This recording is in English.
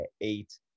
eight